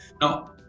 Now